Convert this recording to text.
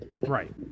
Right